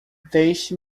deixe